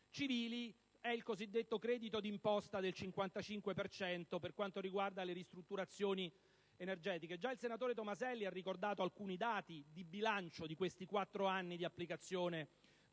è il cosiddetto credito d'imposta del 55 per cento concernente le ristrutturazioni energetiche. Già il senatore Tomaselli ha ricordato alcuni dati di bilancio di questi quattro anni di applicazione